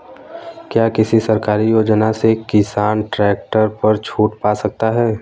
क्या किसी सरकारी योजना से किसान ट्रैक्टर पर छूट पा सकता है?